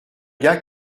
gars